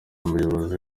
umuyobozi